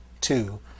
two